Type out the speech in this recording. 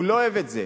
הוא לא אוהב את זה,